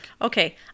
okay